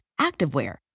activewear